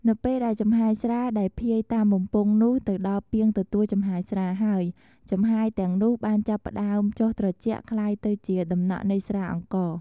នៅពេលដែលចំហាយស្រាដែលភាយតាមបំពង់នោះទៅដល់ពាងទទួលចំហាយស្រាហើយ ចំហាយទាំងនោះបានចាប់ផ្ដើមចុះត្រជាក់ក្លាយទៅជាដំណក់នៃស្រាអង្ករ។